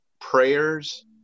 prayers